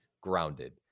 grounded